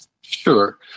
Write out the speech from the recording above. Sure